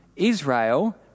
Israel